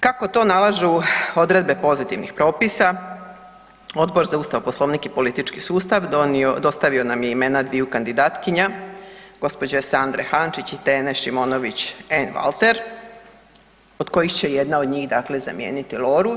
Kako to nalažu odredbe pozitivnih propisa Odbor za Ustav, Poslovnik i politički sustav dostavio nam je imena dviju kandidatkinja gospođe Sandre Hančić i Tene Šimonović Einwalter od kojih će jedna od njih, dakle zamijeniti Loru.